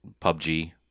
PUBG